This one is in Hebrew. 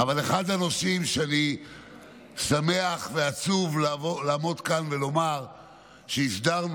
אבל אחד הנושאים שאני שמח ועצוב לעמוד כאן ולומר שהסדרנו,